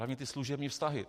Hlavně ty služební vztahy.